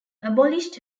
abolished